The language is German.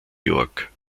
york